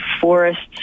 forests